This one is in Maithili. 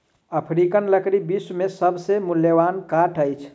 अफ्रीकन लकड़ी विश्व के सभ से मूल्यवान काठ अछि